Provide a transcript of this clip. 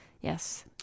Yes